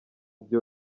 byo